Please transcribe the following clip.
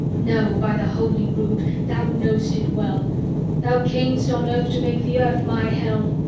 no, by the holy rood, thou know'st it well thou cam'st on earth to make the earth my hell.